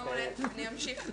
אמשיך.